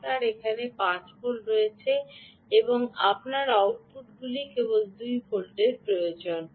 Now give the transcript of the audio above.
আপনার এখানে 5 ভোল্ট রয়েছে এবং আপনার আউটপুটগুলিতে কেবল 2 ভোল্টের প্রয়োজন